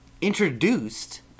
introduced